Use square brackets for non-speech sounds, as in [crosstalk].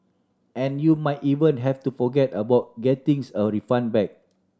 and you might even have to forget about getting [unintelligible] a refund back